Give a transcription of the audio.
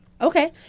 Okay